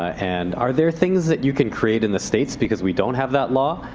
and are there things that you can create in the states because we don't have that law?